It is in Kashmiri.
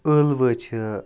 ٲلوٕ چھِ